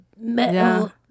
Metal